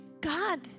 God